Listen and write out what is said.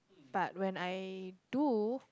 but when I do